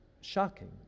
shocking